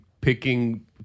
picking